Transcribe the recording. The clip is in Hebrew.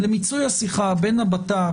למיצוי השיחה בין הבט"פ